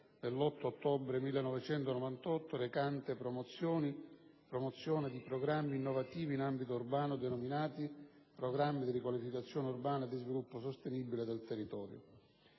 del 8 ottobre 1998 recante «Promozione di programmi innovativi in ambito urbano denominati "Programmi di riqualificazione urbana e di sviluppo sostenibile del territorio"».